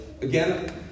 Again